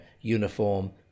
uniform